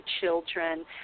children